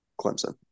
Clemson